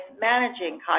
managing